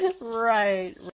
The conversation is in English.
Right